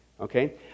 Okay